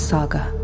Saga